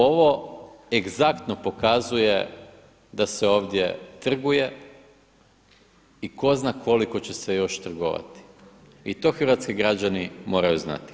Ovo egzaktno pokazuje da se ovdje trguje i tko zna koliko će se još trgovati i to hrvatski građani moraju znati.